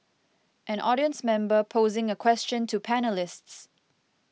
an audience member posing a question to panellists